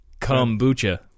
Kombucha